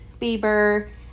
Bieber